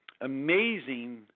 amazing